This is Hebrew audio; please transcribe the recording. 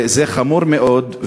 זה חמור מאוד.